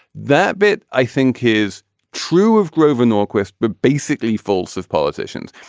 that bit i think is true of grover norquist but basically false of politicians.